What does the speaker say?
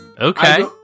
Okay